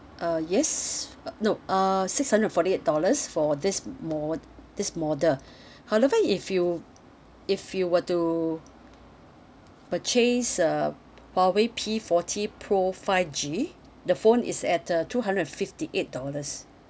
uh yes uh no err six hundred and forty eight dollars for this mo~ this model however if you if you were to purchase a Huawei P forty pro five G the phone is at uh two hundred and fifty eight dollars